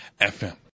FM